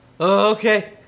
Okay